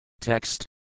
Text